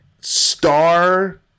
star